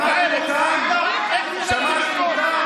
שמעתם אותם?